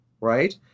right